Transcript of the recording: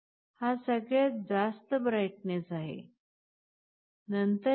हा सगळ्यात जास्त ब्राइटनेस आहे नंतर हे 0